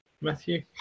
Matthew